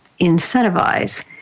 incentivize